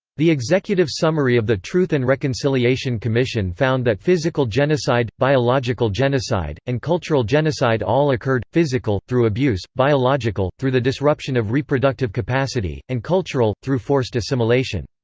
the executive summary of the truth and reconciliation commission found that physical genocide, biological genocide, and cultural genocide all occurred physical, through abuse biological, through the disruption of reproductive capacity and cultural, through forced assimilation.